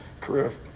career